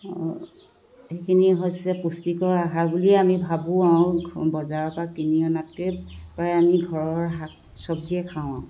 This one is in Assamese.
সেইখিনি হৈছে পুষ্টিকৰ আহাৰ বুলিয়ে আমি ভাবোঁ আৰু বজাৰৰপৰা কিনি অনাতকৈ প্ৰায় আমি ঘৰৰ শাক চব্জিয়ে খাওঁ আৰু